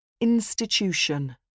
Institution